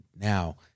now